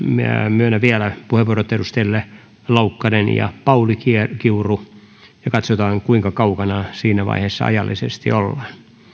myönnän vielä puheenvuorot edustajille laukkanen ja pauli kiuru kiuru ja katsotaan kuinka kaukana siinä vaiheessa ajallisesti ollaan